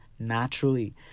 naturally